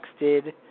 texted